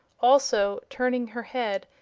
also, turning her head,